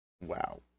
Wow